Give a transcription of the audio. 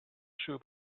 shoe